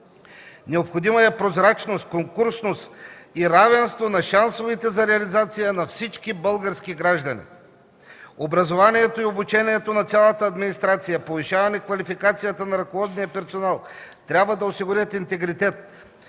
Необходима е прозрачност, конкурсност и равенство на шансовете за реализация на всички български граждани. Образованието и обучението на цялата администрация, повишаване квалификацията на ръководния персонал трябва да осигурят интегритет,